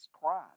christ